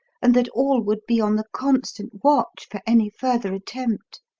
and that all would be on the constant watch for any further attempt.